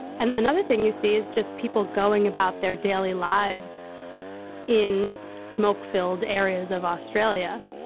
and another thing you see is just people going about their daily lives in smoke filled areas of australia.